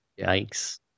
Yikes